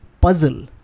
puzzle